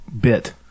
bit